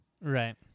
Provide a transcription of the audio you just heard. Right